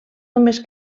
només